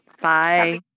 bye